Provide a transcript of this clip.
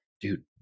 Dude